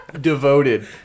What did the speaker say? devoted